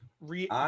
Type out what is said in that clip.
re